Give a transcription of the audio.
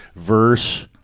Verse